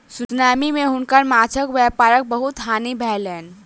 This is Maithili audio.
सुनामी मे हुनकर माँछक व्यापारक बहुत हानि भेलैन